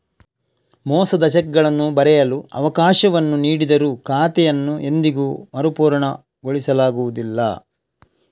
ಮೋಸದ ಚೆಕ್ಗಳನ್ನು ಬರೆಯಲು ಅವಕಾಶವನ್ನು ನೀಡಿದರೂ ಖಾತೆಯನ್ನು ಎಂದಿಗೂ ಮರುಪೂರಣಗೊಳಿಸಲಾಗುವುದಿಲ್ಲ